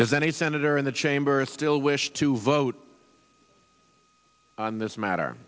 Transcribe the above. does any senator in the chamber still wish to vote on this matter